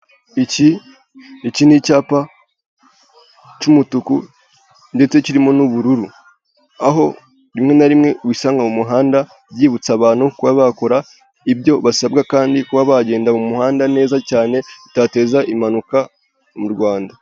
Iki iki ni icyapa cy'umutuku ndetse kirimo n'ubururu, aho rimwe na rimwe ugisanga mu muhanda byibutsa abantu kuba bakora ibyo basabwa kandi kuba bagenda mu muhanda neza cyane bitateza impanuka mu Rwanda.